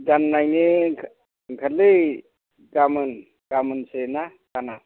गान नायनो ओंखारलै गाबोन गाबोनसोना गाना